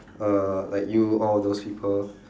uh like you all those people